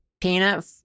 Peanut